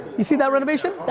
you see that renovation?